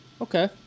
Okay